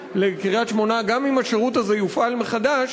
לקריית-שמונה גם אם השירות הזה יופעל מחדש,